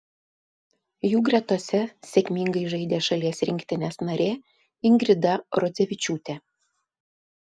jų gretose sėkmingai žaidė šalies rinktinės narė ingrida rodzevičiūtė